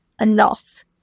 enough